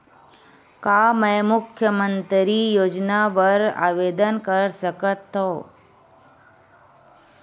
का मैं मुख्यमंतरी योजना बर आवेदन कर सकथव?